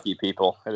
people